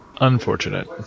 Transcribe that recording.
Unfortunate